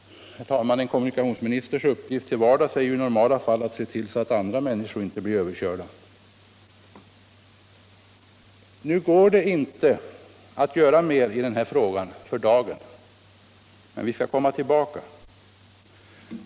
— Herr talman, en kommunikationsministers uppgift till vardags är ju bl.a. att se till att inte andra människor blir överkörda. Nu går det inte att göra mera i denna fråga för dagen. Men vi skall komma tillbaka.